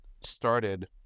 started